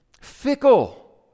fickle